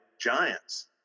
giants